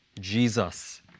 Jesus